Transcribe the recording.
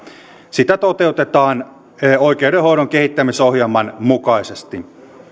sitä toteutetaan oikeudenhoidon kehittämisohjelman mukaisesti